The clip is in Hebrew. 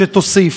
שתוסיף: